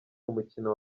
mukino